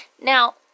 Now